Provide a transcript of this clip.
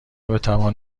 بتوان